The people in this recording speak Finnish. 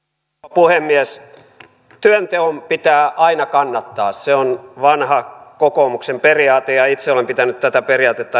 puhemies työnteon pitää aina kannattaa se on vanha kokoomuksen periaate ja itse olen pitänyt tätä periaatetta